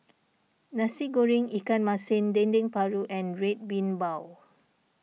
Nasi Goreng Ikan Masin Dendeng Paru and Red Bean Bao